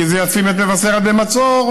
כי זה ישים את מבשרת במצור.